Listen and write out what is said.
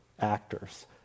actors